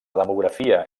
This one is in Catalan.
demografia